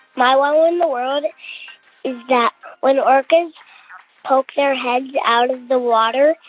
my wow in the world is that when orcas poke their heads out of the water,